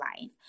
life